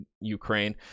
Ukraine